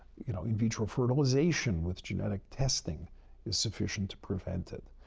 you know, in vitro fertilization with genetic testing is sufficient to prevent it.